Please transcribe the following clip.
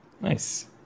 Nice